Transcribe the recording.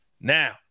Now